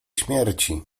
śmierci